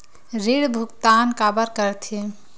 ऋण भुक्तान काबर कर थे?